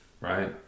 Right